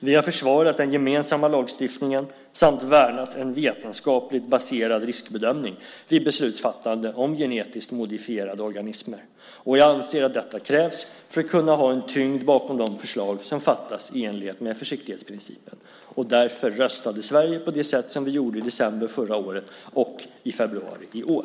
Vi har försvarat den gemensamma lagstiftningen samt värnat en vetenskapligt baserad riskbedömning vid beslutsfattande om genetiskt modifierade organismer. Jag anser att detta krävs för att kunna ha en tyngd bakom de beslut som fattas i enlighet med försiktighetsprincipen. Därför röstade Sverige på det sätt som vi gjorde i december förra året och i februari i år.